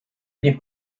nie